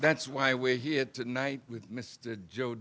that's why we're here tonight with mr joe